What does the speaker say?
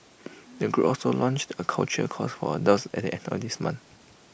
the group also launch A cultural course for adults at the end of this month